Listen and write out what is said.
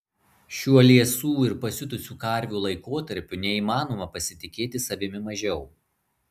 šiuo liesų ir pasiutusių karvių laikotarpiu neįmanoma pasitikėti savimi mažiau